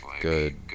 good